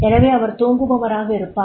எனவே அவர் தூங்குபவராக இருப்பார்